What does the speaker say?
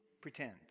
Pretend